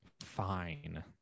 Fine